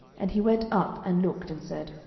and he went up, and looked, and said,